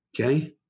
Okay